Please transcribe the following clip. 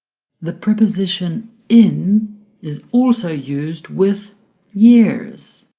the preposition in is also used with years.